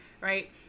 right